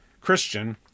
Christian